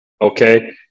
okay